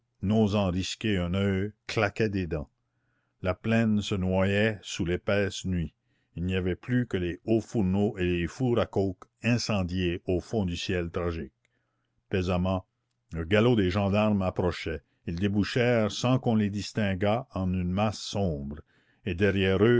n'osant risquer un oeil claquaient des dents la plaine se noyait sous l'épaisse nuit il n'y avait plus que les hauts fourneaux et les fours à coke incendiés au fond du ciel tragique pesamment le galop des gendarmes approchait ils débouchèrent sans qu'on les distinguât en une masse sombre et derrière eux